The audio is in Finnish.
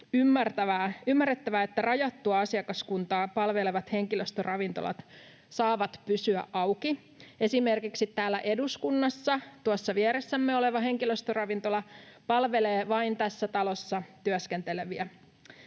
ymmärrettävää, että rajattua asiakaskuntaa palvelevat henkilöstöravintolat saavat pysyä auki. Esimerkiksi täällä eduskunnassa tuossa vieressämme oleva henkilöstöravintola palvelee vain tässä talossa työskenteleviä,